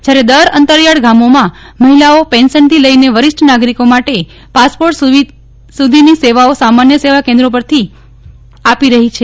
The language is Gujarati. જ્યારે દૂર અંતરિયાળ ગામોમાં મહિલાઓ પેન્શનથી લઈને વરિષ્ઠ નાગરિકો માટે પાસપોર્ટ સુધીની સેવાઓ સામાન્ય સેવા કેન્દ્રો પરથી આપી રહી છે